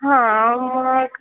हां मग